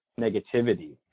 negativity